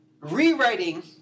rewriting